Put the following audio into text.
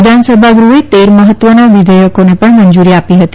વિધાનસભા ગૃહે તેર મહત્વના વિધેયકોને પણ મંજુરી આપી હતી